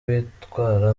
bitwara